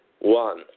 one